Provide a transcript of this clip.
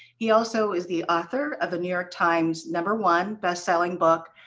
he also is the author of a new york times number one best selling book,